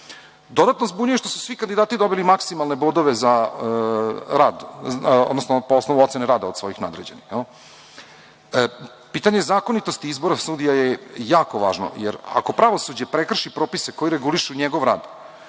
dobro. Dodatno zbunjuje što su svi kandidati dobili maksimalne bodove po osnovu ocene rada od svojih nadređenih. Pitanje zakonitosti izbora sudija je jako važno, jer ako pravosuđe prekrši propise koji regulišu njegov rad,